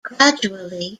gradually